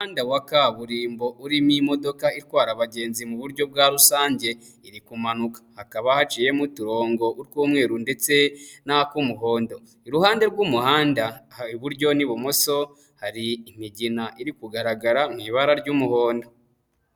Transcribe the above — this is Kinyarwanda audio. Umuhanda wa kaburimbo urimo imodokadoka itwara abagenzi mu buryo bwa rusange, iri kumanuka, hakaba haciyemo utorongo tw'umweru ndetse n'ak'umuhondo, iruhande rw'umuhanda iburyo n'ibumoso hari imigina iri kugaragara mu ibara ry'umuhondo.